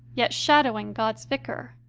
yet shadowing god s vicar.